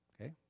Okay